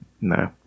No